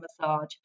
massage